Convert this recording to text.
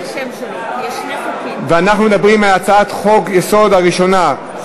אנחנו מדברים על הצעת חוק-היסוד הראשונה,